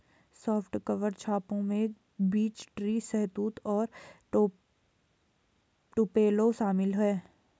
soft cover छापों में beech tree, शहतूत और टुपेलो शामिल है